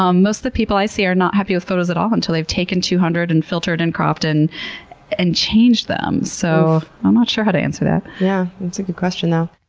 um most of the people i see are not happy with photos at all until they've taken two hundred and filtered and cropped and and changed them. so, um not sure how to answer that. oomph. yeah, that's a good question though.